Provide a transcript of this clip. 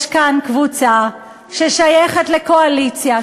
יש כאן קבוצה ששייכת לקואליציה,